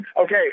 Okay